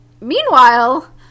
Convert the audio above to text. meanwhile